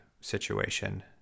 situation